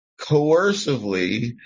coercively